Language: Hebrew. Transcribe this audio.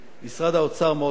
משרד האוצר מאוד תמך,